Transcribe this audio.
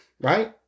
right